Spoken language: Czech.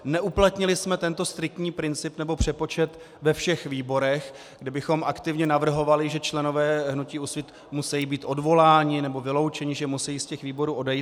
Neuplatnili jsme tento striktní princip, nebo přepočet ve všech výborech, kdy bychom aktivně navrhovali, že členové hnutí Úsvit musí být odvoláni nebo vyloučeni, že musí z těch výborů odejít.